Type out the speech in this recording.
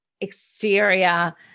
exterior